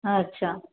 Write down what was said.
अच्छा